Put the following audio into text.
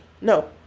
No